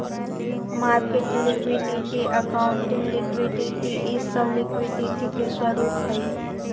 market liquidity, accounting liquidity इ सब liquidity के स्वरूप हई